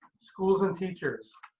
schools and teachers.